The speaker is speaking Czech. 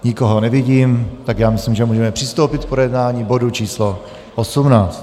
Nikoho nevidím, tak já myslím, že můžeme přistoupit k projednání bodu č. 18.